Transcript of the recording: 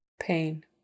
Pain